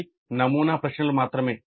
ఇవి నమూనా ప్రశ్నలు మాత్రమే